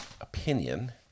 opinion